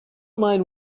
mind